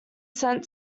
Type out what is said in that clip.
sent